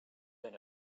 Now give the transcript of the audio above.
than